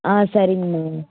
ஆ சரிங்கமா